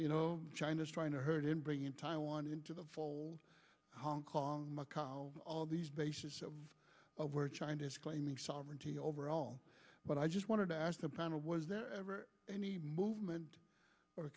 you know china's trying to herd in bringing taiwan into the fold hong kong macau all these bases of where china is claiming sovereignty over all but i just wanted to ask the panel was there ever any movement or